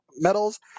medals